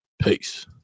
peace